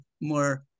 more